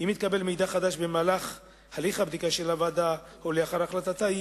אם התקבל מידע חדש במהלך הליך הבדיקה של הוועדה או לאחר החלטתה,